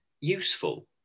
useful